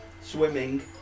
swimming